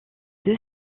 deux